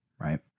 Right